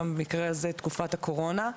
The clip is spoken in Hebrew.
במקרה הזה תקופת הקורונה.